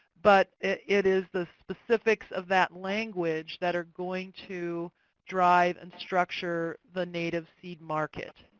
but it it is the specifics of that language that are going to drive and structure the native seed market.